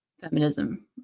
feminism